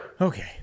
Okay